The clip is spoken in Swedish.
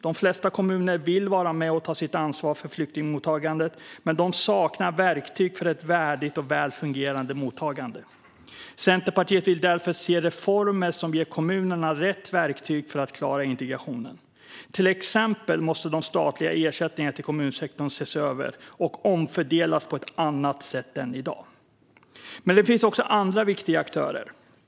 De flesta kommuner vill vara med och ta sitt ansvar för flyktingmottagandet. Men de saknar verktyg för ett värdigt och väl fungerande mottagande. Centerpartiet vill därför se reformer som ger kommunerna rätt verktyg för att klara integrationen. Till exempel måste de statliga ersättningarna till kommunsektorn ses över och omfördelas på ett annat sätt än i dag. Det finns också andra viktiga aktörer.